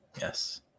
yes